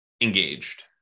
engaged